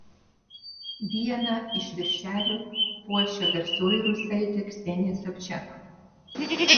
vieną iš viršelių puošia garsioji rusaitė ksenija sobčak